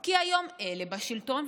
כי היום אלה בשלטון,